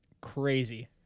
crazy